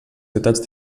ciutats